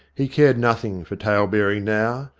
he cared nothing for tale bearing now.